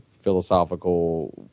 philosophical